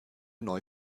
neu